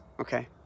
Okay